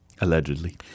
Allegedly